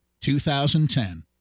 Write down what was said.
2010